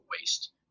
waste